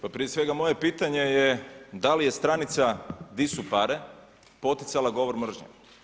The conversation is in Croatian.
Pa prije svega moje pitanje je da li je stranica Di su pare, poticala govor mržnje?